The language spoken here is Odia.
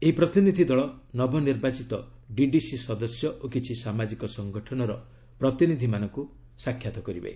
ଏହି ପ୍ରତିନିଧି ଦଳ ନବନିର୍ବାଚିତ ଡିଡିସି ସଦସ୍ୟ ଓ କିଛି ସାମାଜିକ ସଂଗଠନର ପ୍ରତିନିଧିମାନଙ୍କୁ ସାକ୍ଷାତ କରିବେ